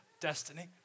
Destiny